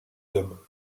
hommes